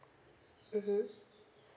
mmhmm